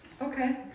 Okay